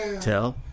tell